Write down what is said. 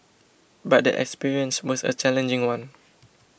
but the experience was a challenging one